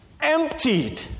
Emptied